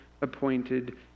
appointed